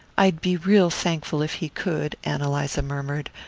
i'd be real thankful if he could, ann eliza murmured,